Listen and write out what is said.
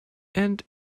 and